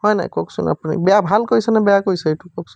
হয় নে কওকচোন আপুনি বেয়া ভাল কৰিছে নে বেয়া কৰিছে সেইটো কওকচোন